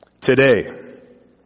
today